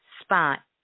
spot